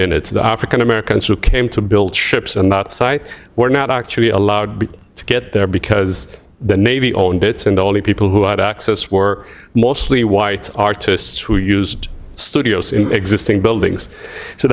in its the african americans who came to build ships and that site were not actually allowed to get there because the navy owned it and the only people who had access were mostly white artists who used studios in existing buildings so